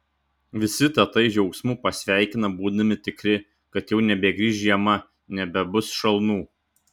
visi tatai džiaugsmu pasveikina būdami tikri kad jau nebegrįš žiema nebebus šalnų